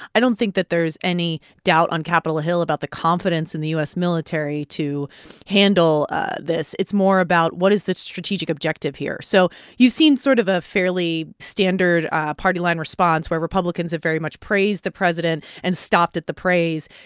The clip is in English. i don't think that there's any doubt on capitol hill about the confidence in the u s. military to handle this. it's more about, what is the strategic objective here? so you've seen sort of a fairly standard party line response, where republicans have very much praised the president and stopped at the praise.